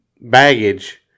baggage